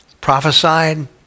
Prophesied